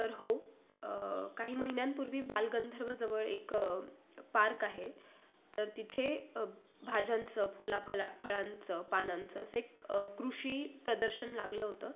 तर हो काही महिन्यांपूर्वी बालगंधर्वजवळ एक पार्क आहे तर तिथे भाज्यांचं फुलाफला फळांचं पानांचं असं एक कृषी प्रदर्शन लागलं होतं